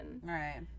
right